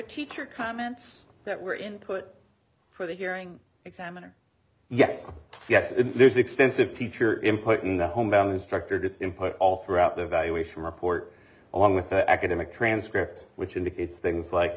teacher comments that were input for the hearing examiner yes yes there's extensive teacher input in the home our instructor did input all throughout the evaluation report on with academic transcript which indicates things like